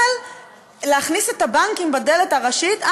אבל להכניס את הבנקים בדלת הראשית,